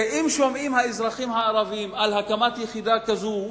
ואם האזרחים הערבים שומעים על הקמת יחידה כזאת,